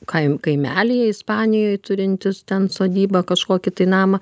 kaim kaimelyje ispanijoj turintis ten sodybą kažkokį tai namą